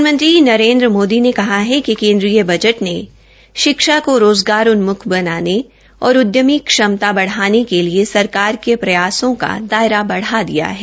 प्रधानमंत्री नरेन्द्र मोदी ने कहा है कि केन्द्रीय बजट ने शिक्षा को रोज़गारन्म्ख बनाने और उदयमी क्षमता बढ़ाने के लिए सरकार के प्रयासों का दायरा बढ़ा दिया है